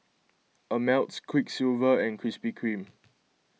Ameltz Quiksilver and Krispy Kreme